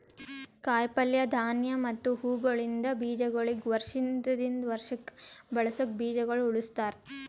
ಕಾಯಿ ಪಲ್ಯ, ಧಾನ್ಯ ಮತ್ತ ಹೂವುಗೊಳಿಂದ್ ಬೀಜಗೊಳಿಗ್ ವರ್ಷ ದಿಂದ್ ವರ್ಷಕ್ ಬಳಸುಕ್ ಬೀಜಗೊಳ್ ಉಳುಸ್ತಾರ್